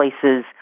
places